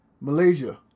Malaysia